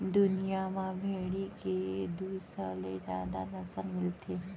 दुनिया म भेड़ी के दू सौ ले जादा नसल मिलथे